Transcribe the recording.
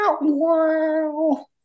Wow